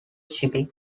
shipping